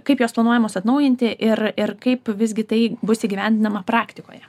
kaip jos planuojamos atnaujinti ir ir kaip visgi tai bus įgyvendinama praktikoje